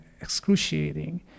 excruciating